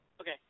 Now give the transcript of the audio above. Okay